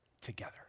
together